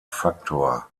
faktor